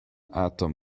atom